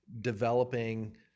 developing